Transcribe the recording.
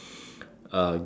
uh